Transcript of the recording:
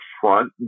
front